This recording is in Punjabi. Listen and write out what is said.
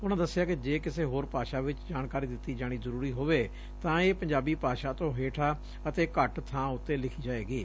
ਉਨਾਂ ਦਸਿਆ ਕਿ ਜੇ ਕਿਸੇ ਹੋਰ ਭਾਸ਼ਾ ਵਿਚ ਜਾਣਕਾਰੀ ਦਿੱਤੀ ਜਾਣੀ ਜਰੁਰੀ ਹੋਵੇ ਤਾਂ ਇਹ ਪੰਜਾਬੀ ਭਾਸ਼ਾ ਤੋਂ ਹੇਠਾਂ ਅਤੇ ਘੱਟ ਥਾਂ ਉਂਤੇ ਲਿਖੀ ਜਾਵੇਗੀ